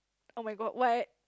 oh my god what